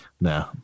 no